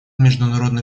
международный